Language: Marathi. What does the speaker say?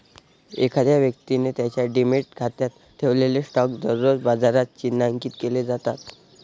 एखाद्या व्यक्तीने त्याच्या डिमॅट खात्यात ठेवलेले स्टॉक दररोज बाजारात चिन्हांकित केले जातात